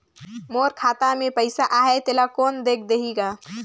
मोर खाता मे पइसा आहाय तेला कोन देख देही गा?